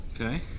Okay